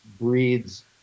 breeds –